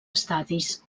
estadis